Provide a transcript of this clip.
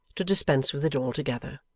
to dispense with it altogether